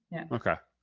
okay.